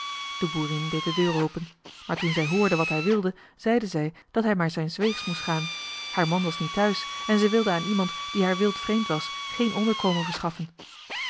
de boerin deed de deur open maar toen zij hoorde wat hij wilde zeide zij dat hij maar zijns weegs moest gaan haar man was niet thuis en zij wilde aan iemand die haar wildvreemd was geen onderkomen verschaffen